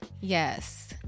yes